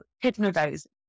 hypnotizing